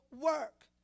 work